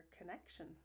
connection